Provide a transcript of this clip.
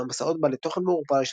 ישנם משאות בעלי תוכן מעורפל,